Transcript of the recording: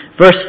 Verse